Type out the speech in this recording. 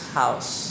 house